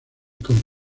con